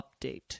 update